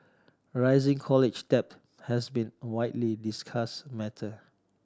rising college debt has been a widely discuss matter